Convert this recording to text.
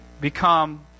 become